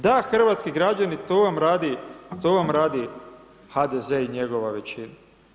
Da, hrvatski građani, to vam radi, to vam radi HDZ i njegova većina.